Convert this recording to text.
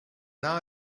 now